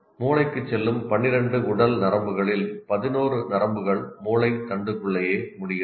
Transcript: மூளைக்குச் செல்லும் 12 உடல் நரம்புகளில் 11 நரம்புகள் மூளை தண்டுக்குள்ளேயே முடிகிறது